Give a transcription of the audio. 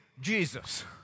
Jesus